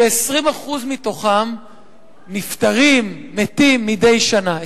כ-20% מתוכם נפטרים, מתים מדי שנה.